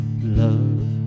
love